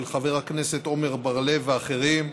של חבר הכנסת עמר בר-לב ואחרים,